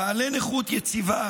בעלי נכות יציבה,